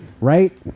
right